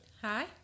Hi